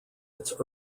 its